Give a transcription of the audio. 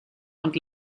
und